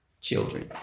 children